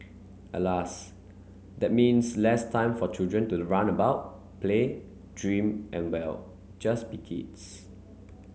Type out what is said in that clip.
Alas that means less time for children to run about play dream and well just be kids